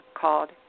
called